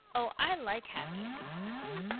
oh i like happy endings best.